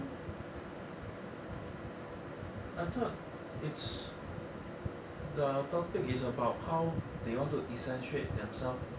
I thought is the topic is about how they want to accentuate themselves